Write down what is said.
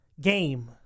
Game